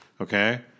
Okay